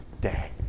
day